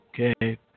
Okay